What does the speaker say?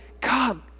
God